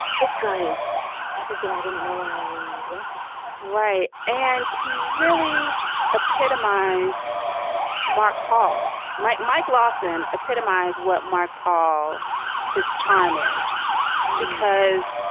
this guy is everything i didn't know i wanted right. and he really epitomized mark paul. mike mike lawson epitomized what? mark paul his charm is because